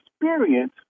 experience